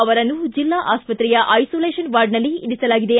ಅವರನ್ನು ಜಿಲ್ಲಾ ಆಸ್ಪತ್ರೆಯ ಐಸೋಲೇಷನ್ ವಾರ್ಡನಲ್ಲಿ ಇರಿಸಲಾಗಿದೆ